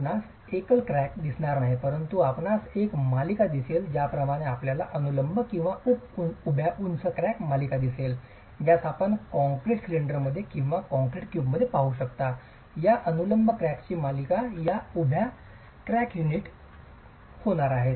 आपणास एकल क्रॅक दिसणार नाहीत परंतु आपणास एक मालिका दिसेल ज्याप्रमाणे आपल्याला अनुलंब किंवा उप उभ्या क्रॅकची मालिका दिसेल ज्यास आपण कॉंक्रीट सिलेंडरमध्ये किंवा कंक्रीट क्यूबमध्ये पाहु शकता या अनुलंब क्रॅक्सची मालिका या उभ्या क्रॅक युनिट होणार आहेत